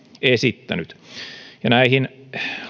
esittänyt näihin